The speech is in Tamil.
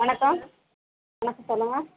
வணக்கம் வணக்கம் சொல்லுங்கள்